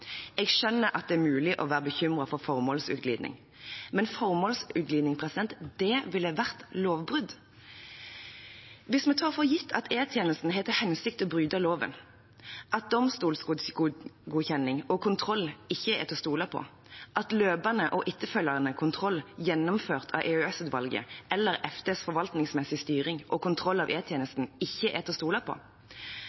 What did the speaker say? Jeg skjønner at det er mulig å være bekymret for formålsutglidning, men formålsutglidning ville vært lovbrudd. Hvis vi tar for gitt at E-tjenesten har til hensikt å bryte loven, at domstolgodkjenning og -kontroll ikke er til å stole på, at løpende og etterfølgende kontroll gjennomført av EOS-utvalget eller Forsvarsdepartementets forvaltningsmessige styring og kontroll av